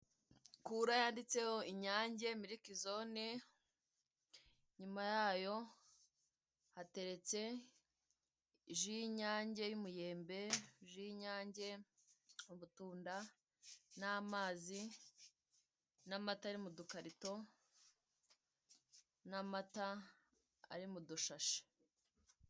Kura yanditseho Inyange milkzone, inyuma yayo hateretse ji y'Inyange y'umuyembe, ji y'Inyange, ubutunda n'amazi n'amata ari mu dukarito n'amata ari mu dushashi.